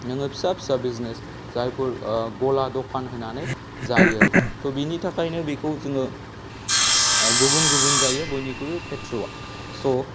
नोङो फिसा फिसा बिजनेस जायफोर गला दखान होनानै जायो आरो थ' बेनि थाखायनो बेखौ जोङो गुबुन गुबुन जायो बयनिबो खेथ्र'आव स'